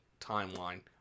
timeline